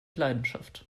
leidenschaft